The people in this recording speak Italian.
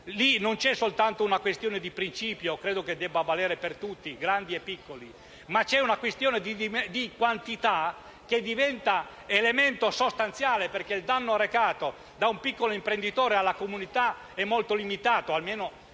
Non c'è soltanto una questione di principio (credo che debba valere per tutti, grandi e piccoli), ma c'è una questione di quantità che diventa elemento sostanziale, perché il danno arrecato da un piccolo imprenditore alla comunità è molto limitato, almeno